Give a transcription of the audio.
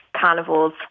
carnivores